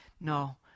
No